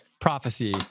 prophecy